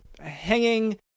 hanging